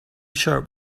shirt